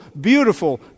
beautiful